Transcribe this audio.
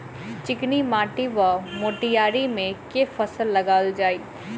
चिकनी माटि वा मटीयारी मे केँ फसल लगाएल जाए?